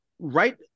Right